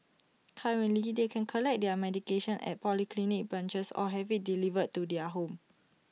currently they can collect their medication at polyclinic branches or have IT delivered to their home